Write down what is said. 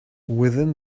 within